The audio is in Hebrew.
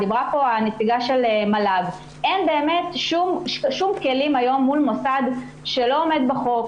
דיברה פה הנציגה של מל"ג אין באמת שום כלים מול מוסד שלא עומד בחוק,